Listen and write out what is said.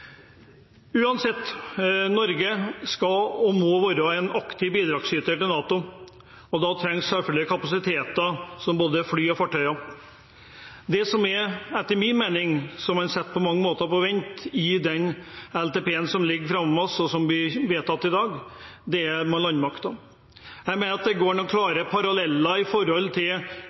Uansett: Norge skal og må være en aktiv bidragsyter til NATO, og da trengs selvfølgelig kapasiteter som både fly og fartøyer. Det som man, etter min mening, på mange måter setter på vent i den LTP-en som ligger foran oss, og som blir vedtatt i dag, er landmakten. Jeg mener det går noen klare paralleller